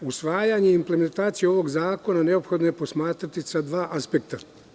Usvajanje i implementaciju ovog zakona neophodno je posmatrati sa dva aspekta.